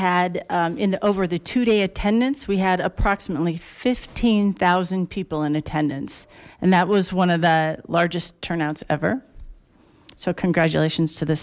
had in the over the two day attendance we had approximately fifteen zero people in attendance and that was one of the largest turnouts ever so congratulations to the